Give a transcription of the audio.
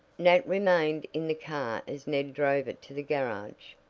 nat remained in the car as ned drove it to the garage.